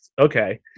Okay